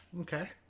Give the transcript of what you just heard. okay